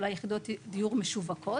אולי יחידות דיור משווקות.